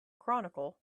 chronicle